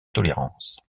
tolérance